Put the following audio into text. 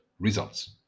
Results